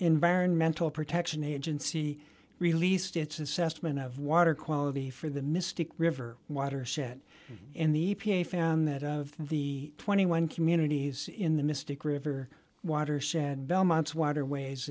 environmental protection agency released its assessment of water quality for the mystic river watershed in the e p a found that out of the twenty one communities in the mystic river watershed belmont's waterways